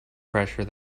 pressure